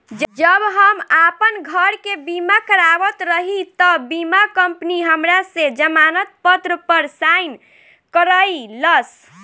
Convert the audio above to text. जब हम आपन घर के बीमा करावत रही तब बीमा कंपनी हमरा से जमानत पत्र पर साइन करइलस